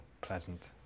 pleasant